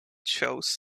shows